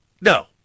No